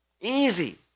Easy